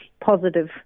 positive